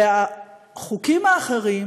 והחוקים האחרים,